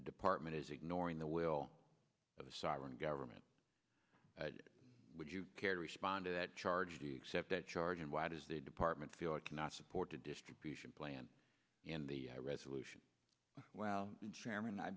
the department is ignoring the will of a sovereign government would you care to respond to that charge do you accept that charge and why it is they do arment feel it cannot support the distribution plan in the resolution well